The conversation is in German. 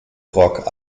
rock